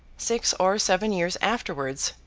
six or seven years afterwards,